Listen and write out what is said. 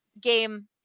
game